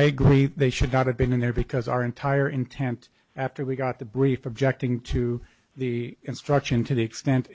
i agree they should not have been in there because our entire intent after we got the brief objecting to the instruction to the extent